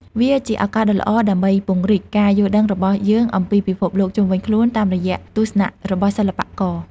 វាជាឱកាសដ៏ល្អដើម្បីពង្រីកការយល់ដឹងរបស់យើងអំពីពិភពលោកជុំវិញខ្លួនតាមរយៈទស្សនៈរបស់សិល្បករ។